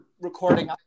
recording